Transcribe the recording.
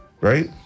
right